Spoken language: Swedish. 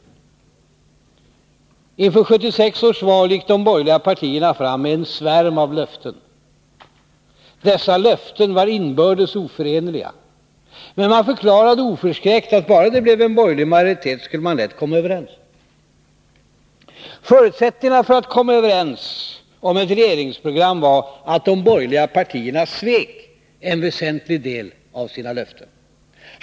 Inför 1976 års val gick de borgerliga partierna fram med en svärm av löften. Dessa löften var inbördes oförenliga. Men man förklarade oförskräckt att bara det blev en borgerlig majoritet skulle man lätt komma överens. Förutsättningarna för att komma överens om ett regeringsprogram var att de borgerliga partierna svek en väsentlig del av sina löften.